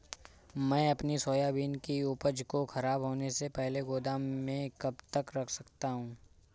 मैं अपनी सोयाबीन की उपज को ख़राब होने से पहले गोदाम में कब तक रख सकता हूँ?